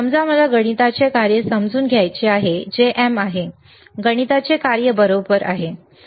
समजा मला गणिताचे कार्य समजून घ्यायचे आहे जे M आहे गणिताचे कार्य बरोबर आहे